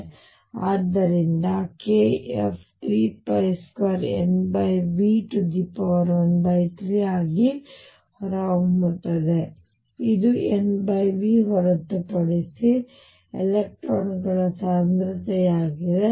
ಮತ್ತು ಆದ್ದರಿಂದ kF 32NV13 ಆಗಿ ಹೊರಹೊಮ್ಮುತ್ತದೆ ಇದು NV ಹೊರತುಪಡಿಸಿ ಎಲೆಕ್ಟ್ರಾನ್ಗಳ ಸಾಂದ್ರತೆಯಾಗಿದೆ